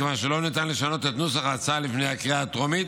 מכיוון שלא ניתן לשנות את נוסח ההצעה לפני הקריאה הטרומית,